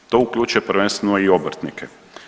To uključuje prvenstveno i obrtnike.